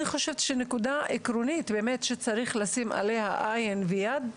חושבת שנקודה עקרונית באמת שצריך לשים עליה 'עיין ויד',